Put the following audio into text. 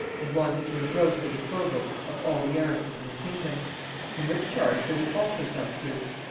and wanted to engross the disposal of all the heiresses in the kingdom in which charge there was also some truth.